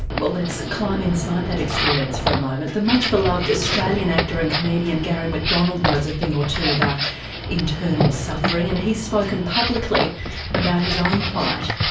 well let's climb inside that experience for a moment, the much beloved australia actor and comedian garry mcdonald knows a thing or two about internal suffering and he's spoken publicly about his own plight.